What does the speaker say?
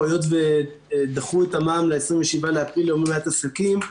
היות שדחו את המע"מ ל-27 באפריל ללא מעט עסקים,